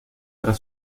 tras